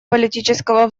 политического